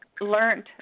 learned